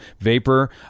vapor